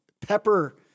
pepper